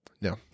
No